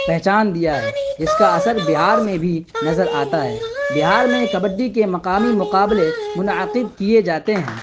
پہچان دیا ہے جس کا اثر بہار میں بھی نظر آتا ہے بہار میں کبڈی کے مقامی مقابلے منعقد کیے جاتے ہیں